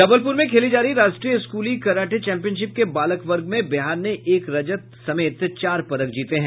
जबलपुर में खेली जा रही राष्ट्रीय स्कूली कराटे चैम्पियनशिप के बालक वर्ग में बिहार ने एक रजत समेत चार पदक जीते हैं